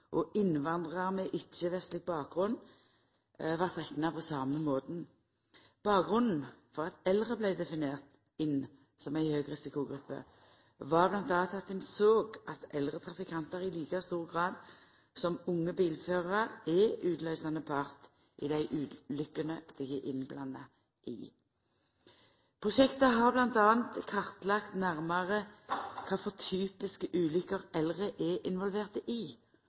og innvandrarar med ikkje-vestleg bakgrunn vart rekna på same måten. Bakgrunnen for at eldre vart definerte inn som ei høgrisikogruppe, var bl.a. at ein såg at eldre trafikantar i like stor grad som unge bilførarar er utløysande part i dei ulukkene dei er innblanda i. Prosjektet har bl.a. kartlagt nærmare kva for typiske ulukker eldre er involverte i,